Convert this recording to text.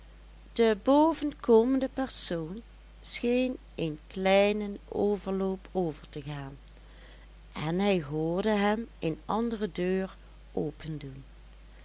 de boven komende persoon scheen een kleinen overloop over te gaan en hij hoorde hem een andere deur opendoen